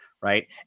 right